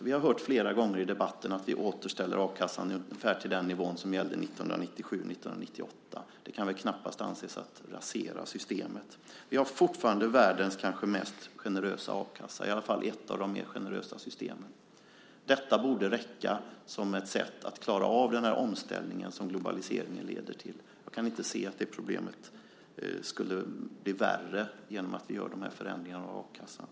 Vi har hört flera gånger i debatten att vi återställer a-kassan till ungefär den nivå som gällde 1997-1998. Det kan väl knappast anses vara att rasera systemet. Vi har fortfarande världens kanske mest generösa a-kassa, i alla fall ett av de mer generösa systemen. Detta borde räcka för att klara av den omställning som globaliseringen leder till. Jag kan inte se att det problemet skulle bli värre genom att vi gör de här förändringarna av a-kassan.